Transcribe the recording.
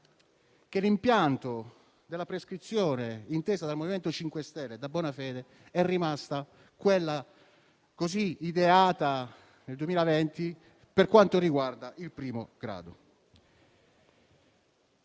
che l'impianto della prescrizione, inteso dal MoVimento 5 Stelle e dal ministro Bonafede, è rimasto quello ideato nel 2020, per quanto riguarda il primo grado.